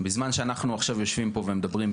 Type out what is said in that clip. בזמן שאנחנו יושבים פה ומדברים,